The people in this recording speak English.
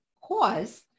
cause